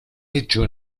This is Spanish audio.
hecho